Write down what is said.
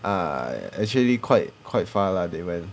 ah actually quite quite far lah they went